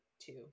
two